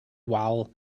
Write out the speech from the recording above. wal